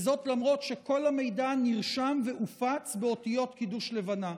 וזאת למרות שכל המידע נרשם והופץ באותיות קידוש לבנה.